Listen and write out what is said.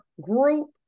group